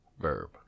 Verb